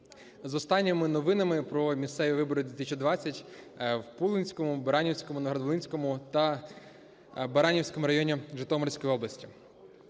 З останніми новинами про місцеві вибори 2020 в Пулинському, Баранівському, Новоград-Волинському та Баранівському районах Житомирської області.